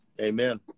Amen